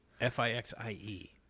F-I-X-I-E